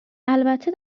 البته